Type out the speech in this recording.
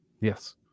Yes